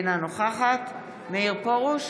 אינה נוכחת מאיר פרוש,